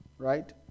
Right